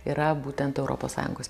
yra būtent europos sąjungos